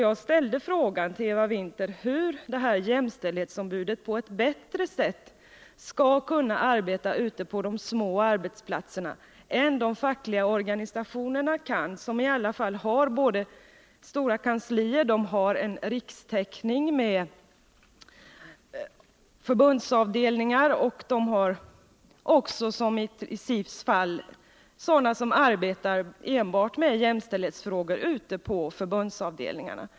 Jag frågade Eva Winther hur jämställdhetsombudet skall kunna arbeta ute på de små arbetsplatserna på ett bättre sätt än de fackliga organisationerna. Dessa har stora kanslier, de har en rikstäckning med förbundsavdelningar och de har också, som i SIF:s fall, folk som arbetar enbart med jämställdhetsfrågor ute på förbundsavdelningarna.